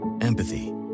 empathy